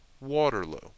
Waterloo